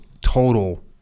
total